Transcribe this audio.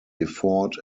effort